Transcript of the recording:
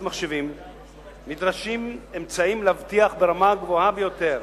מחשבים נדרשים אמצעים להבטיח ברמה הגבוהה ביותר